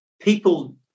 People